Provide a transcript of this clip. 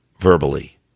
verbally